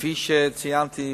כפי שציינתי,